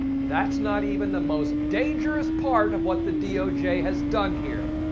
that's not even the most dangerous part of what the doj has done here.